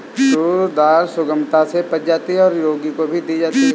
tour दाल सुगमता से पच जाती है और रोगी को भी दी जाती है